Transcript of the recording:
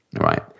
right